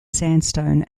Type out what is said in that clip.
sandstone